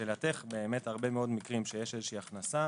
לשאלתך, הרבה מאוד מקרים שיש הכנסה,